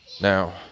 Now